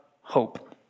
hope